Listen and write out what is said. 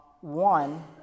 One